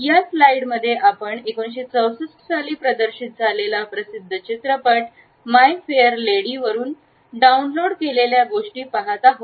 या स्लाइडमध्ये आपण 1964 साली प्रदर्शित झालेला प्रसिद्ध चित्रपट माय फेअर लेडी वरुन डाउनलोड केलेल्या गोष्टी पाहत आहोत